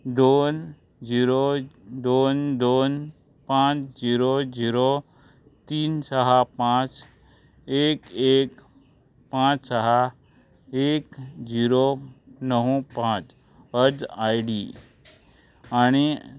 दोन झिरो दोन दोन पांच झिरो झिरो तीन साहा पांच एक एक पांच साहा एक झिरो णव पांच अज आय डी आनी